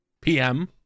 PM